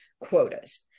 quotas